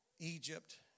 Egypt